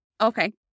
Okay